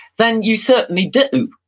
then you certainly do.